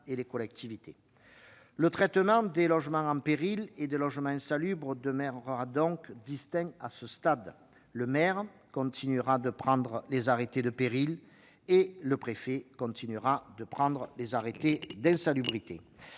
et les collectivités. Le traitement des logements en péril et celui des logements insalubres demeureront donc distincts pour le moment : le maire continuera de prendre des arrêtés de péril et le préfet continuera de prendre des arrêtés d'insalubrité.